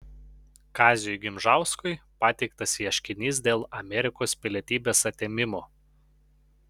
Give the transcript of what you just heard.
kaziui gimžauskui pateiktas ieškinys dėl amerikos pilietybės atėmimo